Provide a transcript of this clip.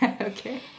Okay